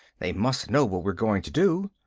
they must know what we're going to do.